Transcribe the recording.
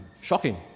Shocking